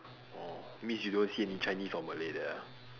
orh means you don't see any chinese or malay there ah